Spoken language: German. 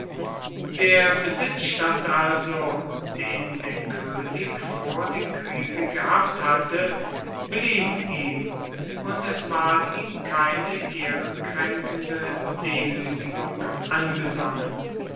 der besitzstand also den der könig vor dem kriege gehabt hatte blieb ihm und es ward ihm keine ehrenkränkende demütigung angesonnen